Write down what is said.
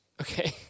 Okay